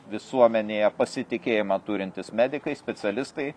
visuomenėje pasitikėjimą turintys medikai specialistai